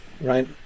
right